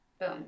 Boom